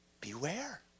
Beware